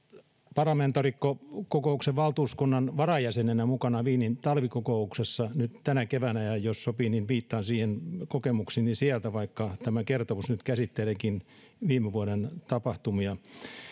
parlamentaarikkokokouksen valtuuskunnan varajäsenenä mukana wienin talvikokouksessa nyt tänä keväänä ja jos sopii niin viittaan siihen kokemukseeni sieltä vaikka tämä kertomus nyt käsitteleekin viime vuoden tapahtumia